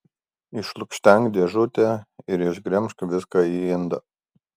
išlukštenk dėžutę ir išgremžk viską į indą